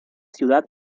ciudad